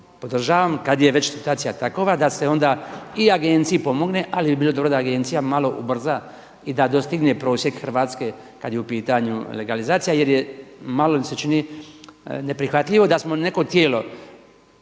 podržavam kada je već situacija takova da se onda i agenciji pomogne ali bi bilo dobro da agencija malo ubrza i da dostigne prosjek Hrvatske kada je u pitanju legalizacija jer je, malo mi se čini neprihvatljivo da smo neko tijelo